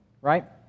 right